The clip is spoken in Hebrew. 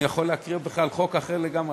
אני יכול להקריא בכלל חוק אחר לגמרי,